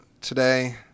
Today